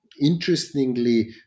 interestingly